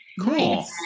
cool